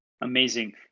Amazing